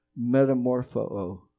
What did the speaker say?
metamorpho